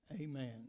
Amen